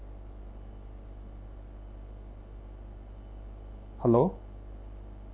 hello